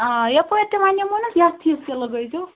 آ یَپٲرۍ تہِ ؤِنیٚومَو نا یَتھ حِصَس تہِ لَگٲوِزیٚو